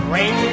Rain